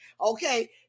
okay